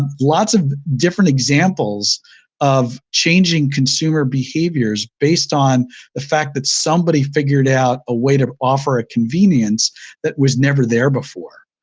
lots of different examples of changing consumer behaviors based on the fact that somebody figured out a way to offer a convenience that was never there before.